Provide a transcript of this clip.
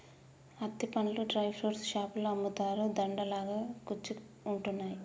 అత్తి పండ్లు dry fruits షాపులో అమ్ముతారు, దండ లాగా కుచ్చి ఉంటున్నాయి